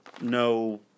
no